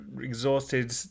exhausted